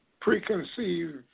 preconceived